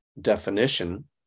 definition